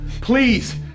Please